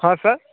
ହଁ ସାର୍